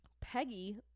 Peggy